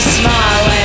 smile